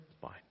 Fine